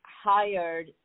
hired